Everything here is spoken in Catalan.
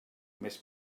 més